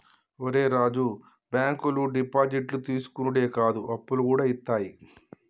ఒరే రాజూ, బాంకులు డిపాజిట్లు తీసుకునుడే కాదు, అప్పులుగూడ ఇత్తయి